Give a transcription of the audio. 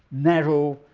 narrow,